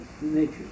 nature